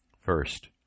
First